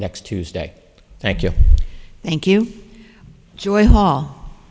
next tuesday thank you thank you join hall